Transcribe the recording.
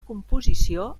composició